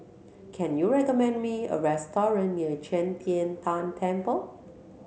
can you recommend me a restaurant near Qi Tian Tan Temple